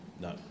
no